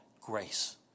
grace